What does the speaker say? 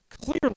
Clearly